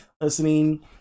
listening